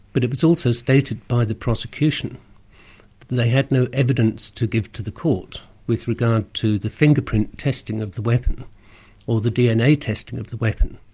but it was also stated by the prosecution that they had no evidence to give to the court with regard to the fingerprint testing of the weapon or the dna testing of the weapon,